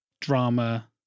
drama